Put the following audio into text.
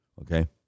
okay